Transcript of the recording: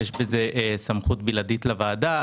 יש בזה סמכות בלעדית לוועדה,